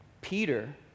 Peter